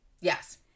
Yes